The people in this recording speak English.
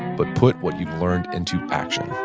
but put what you've learned into action